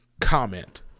comment